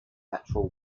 natural